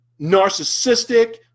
narcissistic